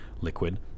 liquid